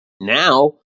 now